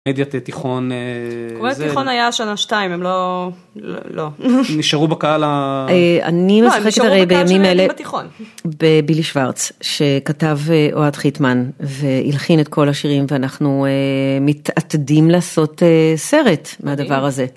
תיכון כל התיכון היה שנה שתיים הם לא לא נשארו בקהל ה... אני משחקת בימים האלה בתיכון בבילי שוורץ שכתב אוהד חיטמן והלחין את כל השירים ואנחנו מתעתדים לעשות סרט מהדבר הזה.